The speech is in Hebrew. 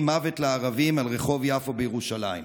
"מוות לערבים" ברחוב יפו בירושלים.